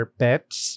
pets